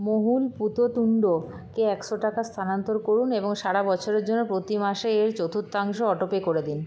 মহুল পূততুণ্ডকে একশো টাকা স্থানান্তর করুন এবং সারা বছরের জন্য প্রতি মাসে এর চতুর্থাংশ অটো পে করে দিন